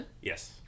Yes